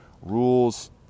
rules